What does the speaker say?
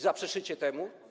Zaprzeczycie temu?